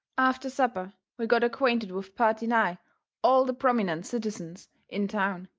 after supper we got acquainted with purty nigh all the prominent citizens in town.